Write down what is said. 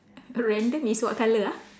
random is what colour ah